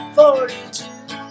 forty-two